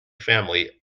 family